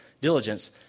diligence